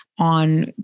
on